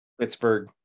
Pittsburgh